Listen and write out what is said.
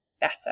better